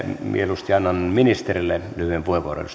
mieluusti annan ministerille lyhyen puheenvuoron